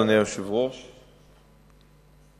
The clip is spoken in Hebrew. אדוני היושב-ראש, תודה.